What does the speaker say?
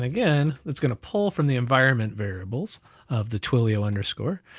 again, it's gonna pull from the environment variables of the twilio underscore,